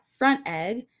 FrontEgg